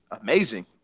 amazing